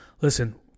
Listen